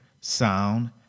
sound